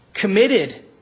committed